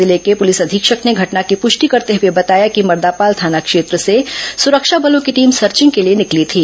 जिले के पुलिस अधीक्षक ने घटना की पुष्टि करते हुए बताया कि मर्दापाल थाना क्षेत्र से सुरक्षा बलों की टीम सर्चिंग के लिए निकली थी